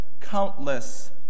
countless